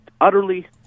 utterly